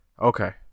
Okay